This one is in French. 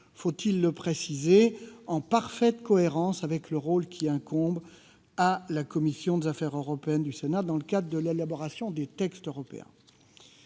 faut-il le préciser, en parfaite cohérence avec le rôle qui incombe à la commission des affaires européenne du Sénat dans le cadre de l'élaboration des textes européens.